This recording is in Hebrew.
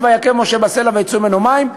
ויכה משה בסלע ויצאו ממנו מים,